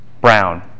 Brown